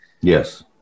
Yes